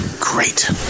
great